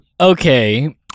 okay